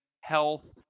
health